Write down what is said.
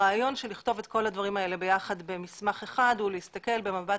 הרעיון לכתוב את כל הדברים האלה במסמך אחד הוא כדי להסתכל במבט